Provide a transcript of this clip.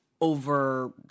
over